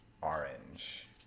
Orange